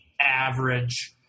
average